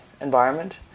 environment